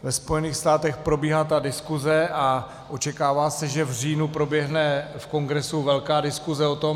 Ve Spojených státech probíhá ta diskuse a očekává se, že v říjnu proběhne v Kongresu velká diskuse o tom.